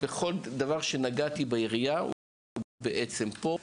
כל דבר שנגעתי בעירייה הוא בעצם פה,